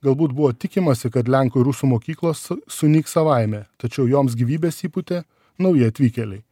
galbūt buvo tikimasi kad lenkų ir rusų mokyklos sunyks savaime tačiau joms gyvybės įpūtė nauji atvykėliai